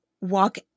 walk